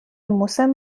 مسن